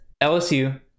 LSU